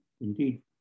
indeed